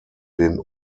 den